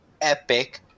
epic